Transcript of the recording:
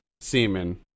semen